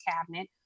cabinet